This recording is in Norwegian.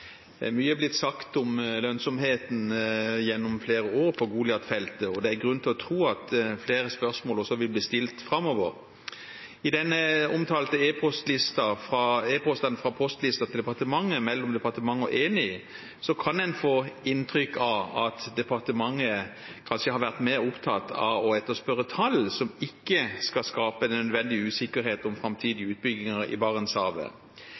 blitt sagt om lønnsomheten på Goliat-feltet gjennom flere år. Det er grunn til å tro at flere spørsmål også vil bli stilt framover. I de omtalte e-postene fra postlisten til departementet, mellom departementet og Eni, kan en få inntrykk av at departementet kanskje har vært mer opptatt av å etterspørre tall som ikke skal skape en unødvendig usikkerhet om den framtidige utbyggingen i Barentshavet.